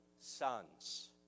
sons